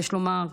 יש לומר,